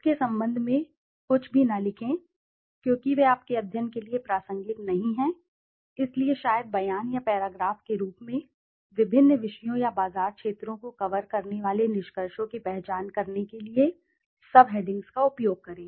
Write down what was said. उसके संबंध में कुछ भी न लिखें क्योंकि वे आपके अध्ययन के लिए प्रासंगिक नहीं हैं इसलिए शायद बयान या पैराग्राफ के रूप में विभिन्न विषयों या बाजार क्षेत्रों को कवर करने वाले निष्कर्षों की पहचान करने के लिए सबहेडिंग्ज़ का उपयोग करें